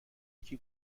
یکی